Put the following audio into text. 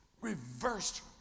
reversed